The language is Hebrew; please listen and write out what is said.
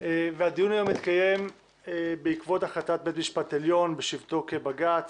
והדיון היום יתקיים בעקבות החלטת בית המשפט העליון בשבתו כבג"צ